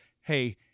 Hey